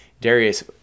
Darius